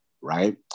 right